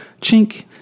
Chink